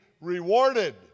rewarded